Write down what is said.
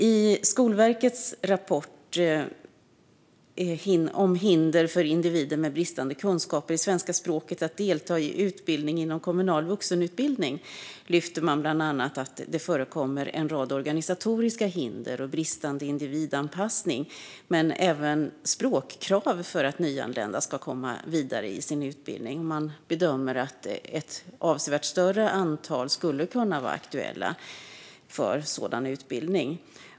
I Skolverkets rapport om hinder för individer med bristande kunskaper i svenska språket att delta i utbildning inom kommunal vuxenutbildning lyfts bland annat upp att det förekommer en rad organisatoriska hinder och bristande individanpassning men även språkkrav för att nyanlända ska komma vidare i sin utbildning. Man bedömer att ett avsevärt större antal skulle kunna vara aktuella för sådan utbildning.